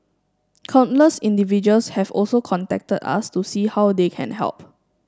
countless individuals have also contacted us to see how they can help